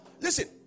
listen